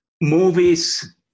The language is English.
movies